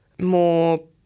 more